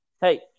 Hey